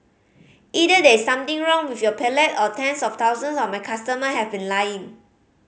either there is something wrong with your palate or tens of thousands of my customer have been lying